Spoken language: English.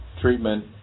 treatment